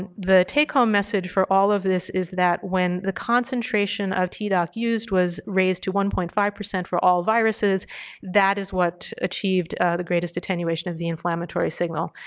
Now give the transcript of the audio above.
and the take home message for all of this is that when the concentration of tdoc used was raised to one point five for all viruses that is what achieved the greatest attenuation of the inflammatory signal.